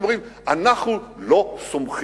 הם אומרים: אנחנו לא סומכים,